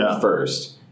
first